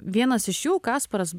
vienas iš jų kaspars